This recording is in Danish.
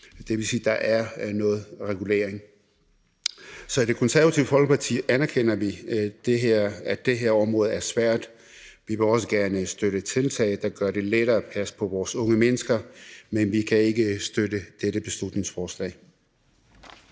Det vil sige, at der er noget regulering. Så i Det Konservative Folkeparti anerkender vi, at det her område er svært. Vi vil også gerne støtte tiltag, der gør det lettere at passe på vores unge mennesker. Men vi kan ikke støtte dette beslutningsforslag.